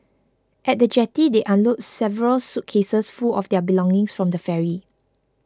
at the jetty they unload several suitcases full of their belonging from the ferry